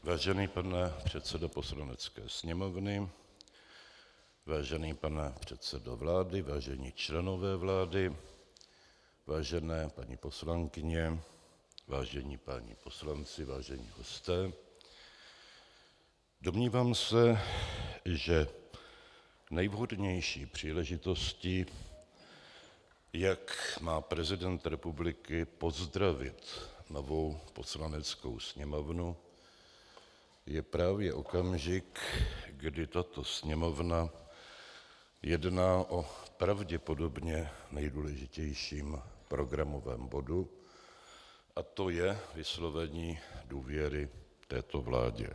Vážený pane předsedo Poslanecké sněmovny, vážený pane předsedo vlády, vážení členové vlády, vážené paní poslankyně, vážení páni poslanci, vážení hosté, domnívám se, že nejvhodnější příležitostí, jak má prezident republiky pozdravit novou Poslaneckou sněmovnu, je právě okamžik, kdy tato Sněmovna jedná o pravděpodobně nejdůležitějším programovém bodu a to je vyslovení důvěry této vládě.